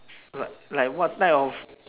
l~ like what type of